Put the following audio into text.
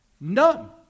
None